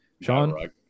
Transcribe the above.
Sean